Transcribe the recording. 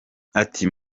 ati